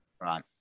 Right